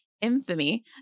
infamy